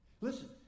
Listen